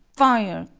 fire!